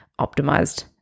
optimized